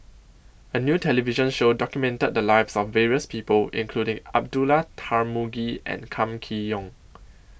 A New television Show documented The Lives of various People including Abdullah Tarmugi and Kam Kee Yong